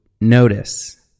notice